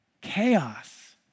chaos